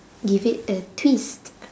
give it a twist